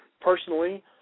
personally